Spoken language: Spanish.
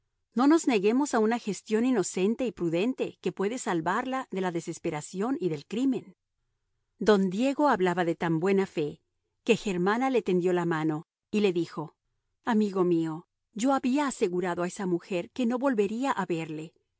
no nos neguemos a una gestión inocente y prudente que puede salvarla de la desesperación y del crimen don diego hablaba de tan buena fe que germana le tendió la mano y le dijo amigo mío yo había asegurado a esa mujer que no volvería a verle